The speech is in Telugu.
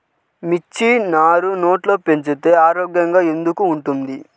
మిర్చి నారు నెట్లో పెంచితే ఆరోగ్యంగా ఎందుకు ఉంటుంది?